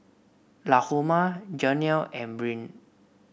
Lahoma Janelle and Brynn